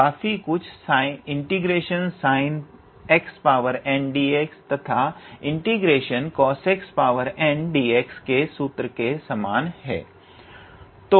तो यह काफी कुछ ∫𝑠𝑖𝑛n𝑥𝑑𝑥 तथा ∫𝑐𝑜𝑠n𝑥𝑑𝑥 के सूत्र के समान हे